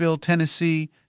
Tennessee